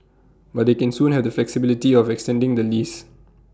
but they can soon have the flexibility of extending the lease